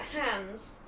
hands